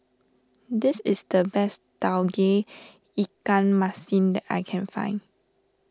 this is the best Tauge Ikan Masin that I can find